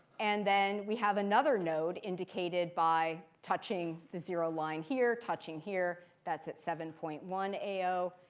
and then we have another node, indicated by touching the zero line here, touching here. that's at seven point one a zero.